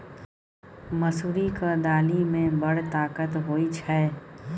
मसुरीक दालि मे बड़ ताकत होए छै